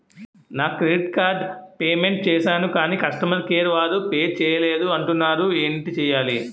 నా credit card payment చేసాను కాని కస్టమర్ కేర్ వారు పే చేయలేదు అంటున్నారు ఏంటి చేయాలి?